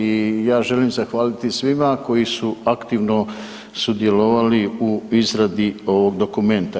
I ja želim zahvaliti svima koji su aktivno sudjelovali u izradi ovog dokumenta.